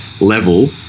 level